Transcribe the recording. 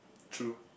true